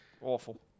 awful